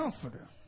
comforter